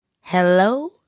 Hello